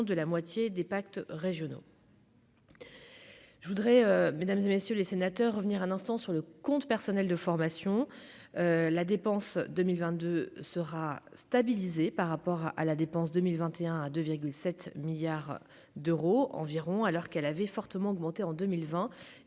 de la moitié des pactes régionaux. Je voudrais mesdames et messieurs les sénateurs, revenir un instant sur le compte personnel de formation la dépense 2022 sera stabilisé par rapport à la dépense 2021 à 2 7 milliards d'euros environ, alors qu'elle avait fortement augmenté en 2020